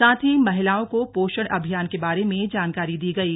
साथ ही महिलाओं को पोषण अभियान के बारे में जानकारी दी गयी